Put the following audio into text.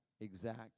exact